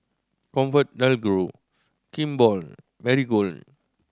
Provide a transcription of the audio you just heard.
ComfortDelGro Kimball Marigold